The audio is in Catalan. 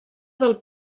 del